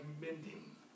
mending